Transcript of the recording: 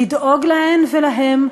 לדאוג להן ולהם,